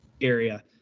area